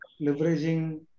leveraging